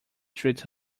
treats